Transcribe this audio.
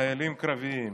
חיילים קרביים